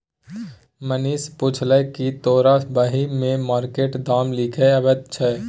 मनीष पुछलकै कि तोरा बही मे मार्केट दाम लिखे अबैत छौ